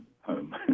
home